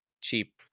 cheap